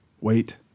wait